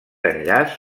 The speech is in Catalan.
enllaç